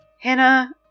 Hannah